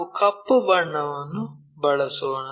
ನಾವು ಕಪ್ಪು ಬಣ್ಣವನ್ನು ಬಳಸೋಣ